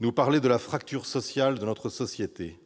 nous parlait de la fracture sociale de notre société.